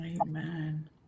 Amen